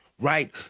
right